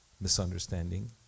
misunderstanding